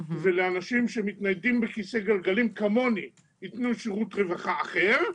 ולאנשים שמתניידים בכיס גלגלים כמוני ייתנו שירות רווחה אחר,